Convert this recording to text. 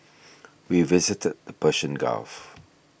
we visited the Persian Gulf